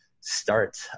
start